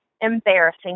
embarrassing